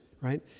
right